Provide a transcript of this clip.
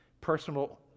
Personal